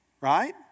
Right